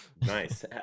Nice